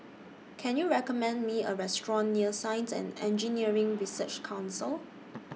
Can YOU recommend Me A Restaurant near Science and Engineering Research Council